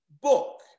book